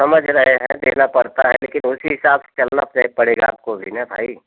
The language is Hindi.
समझ रहें हैं देना पड़ता है लेकिन उसी हिसाब से चलना फ़िर पड़ेगा आपको भी ना भाई